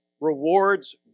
rewards